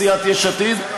בסיעת יש עתיד,